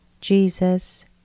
Jesus